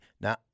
Now